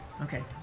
Okay